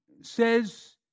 says